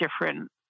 different